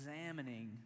examining